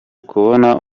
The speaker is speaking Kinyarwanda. kubona